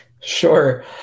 Sure